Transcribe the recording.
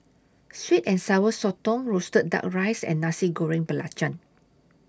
Sweet and Sour Sotong Roasted Duck Rice and Nasi Goreng Belacan